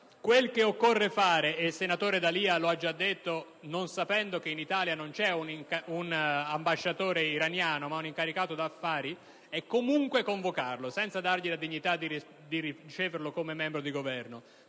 Quel che occorre fare - e il senatore D'Alia lo ha già detto, non sapendo che in Italia non c'è un ambasciatore iraniano, ma un incaricato d'affari - è comunque convocarlo, senza dargli la dignità di riceverlo come membro di Governo,